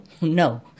No